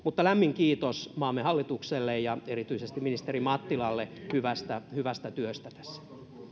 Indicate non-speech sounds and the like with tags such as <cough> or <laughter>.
<unintelligible> mutta lämmin kiitos maamme hallitukselle ja erityisesti ministeri mattilalle hyvästä hyvästä työstä tässä halutaanko